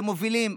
שמובילים,